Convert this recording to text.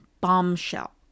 bombshell